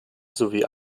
sowie